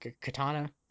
katana